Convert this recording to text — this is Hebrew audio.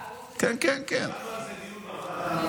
אגב, ראש היחידה, קיימנו על זה דיון בוועדה,